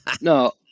No